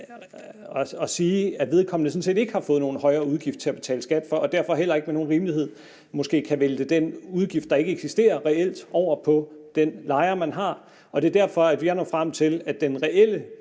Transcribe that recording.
at sige, at vedkommende sådan set ikke har fået nogen højere udgift til at betale skat for og derfor heller ikke med nogen rimelighed måske kan vælte den udgift, der reelt ikke eksisterer, over på den lejer, man har. Det er derfor, at vi er nået frem til, at den reelle